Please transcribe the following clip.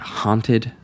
haunted